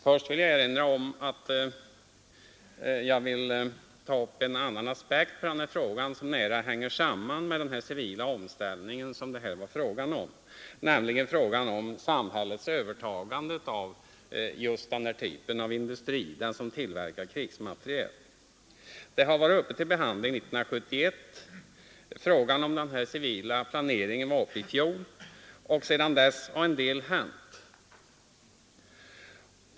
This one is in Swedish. Jag vill ta upp en annan aspekt på denna fråga som nära hänger samman med den civila omställning som det här är fråga om, nämligen samhällets övertagande av den typ av industri som tillverkar krigsmateriel. Den frågan behandlades 1971. Frågan om den civila planeringen var uppe i fjol, och sedan dess har en del hänt.